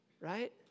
right